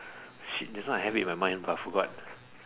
shit this one I have it in my mind but I forgot